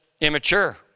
immature